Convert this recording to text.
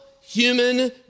human